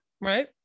right